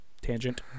tangent